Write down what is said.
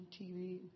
TV